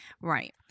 Right